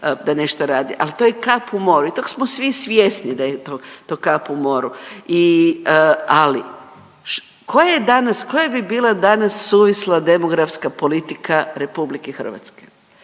da nešto radi, ali to je kap u moru i tog smo svi svjesni da je to kap u moru i, ali, koja je danas, koja bi bila danas suvisla demografska politika RH?